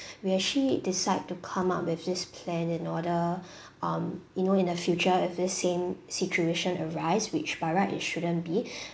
we actually decide to come up with this plan in order um you know in the future if this same situation arise which by right it shouldn't be